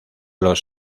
los